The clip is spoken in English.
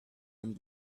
and